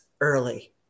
early